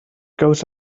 goes